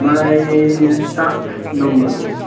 मलाई सात नम्बरको